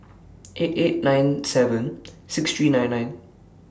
eight eight nine seven six three nine nine